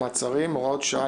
מעצרים)(הוראת שעה,